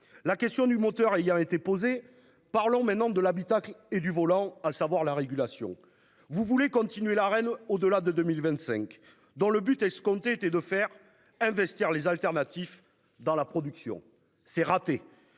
la question du moteur. Il y a été posée. Parlons maintenant de l'habitacle et du volant, à savoir la régulation. Vous voulez continuer la reine au-delà de 2025 dans le but escompté était de faire investir les alternatifs dans la production, c'est raté.